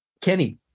Kenny